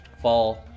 fall